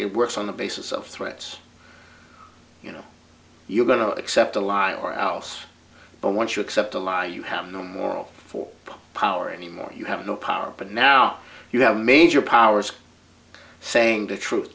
it works on the basis of threats you know you're going to accept a lie or else but once you accept a law you have no moral force power anymore you have no power but now you have major powers saying to truth